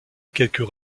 quelques